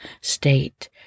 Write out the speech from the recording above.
state